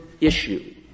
issue